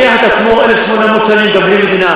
זה הוכיח את עצמו 1,800 שנים, גם בלי מדינה.